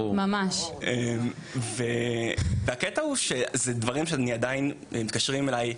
אלו דברים שעדיין נקשרים אלי,